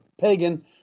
pagan